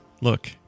Look